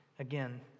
Again